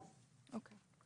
אוקיי.